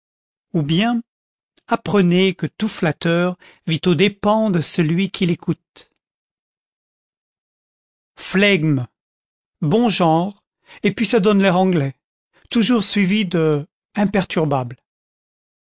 ou bien apprenez que tout flatteur vit aux dépens de celui qui l'écoute flegme bon genre et puis ça donne l'air anglais toujours suivi de imperturbable